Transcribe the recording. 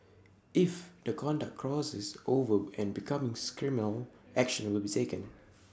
if the conduct crosses over and becomes criminal action will be taken